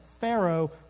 Pharaoh